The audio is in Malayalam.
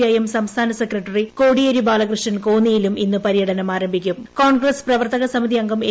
ഐഎം സംസ്ഥാന സെക്രട്ടറി കോടിയേരി ബാലകൃഷ്ണൻ കോന്നിയിലും ഇന്നും പര്യടനം ആരംഭിക്കും കോൺഗ്രസ് പ്രവർത്തക സമിതി അംഗം എ